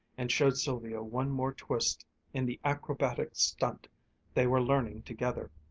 and showed sylvia one more twist in the acrobatic stunt they were learning together.